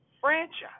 franchise